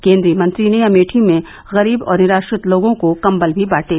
केंद्रीय मंत्री ने अमेठी में गरीब और निराश्रित लोगों को कबल भी बांटे